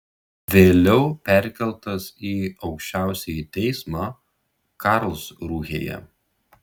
vėliau perkeltas į aukščiausiąjį teismą karlsrūhėje